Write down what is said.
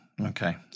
Okay